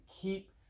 keep